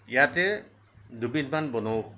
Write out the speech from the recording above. ইয়াতে দুবিধমান বনঔষ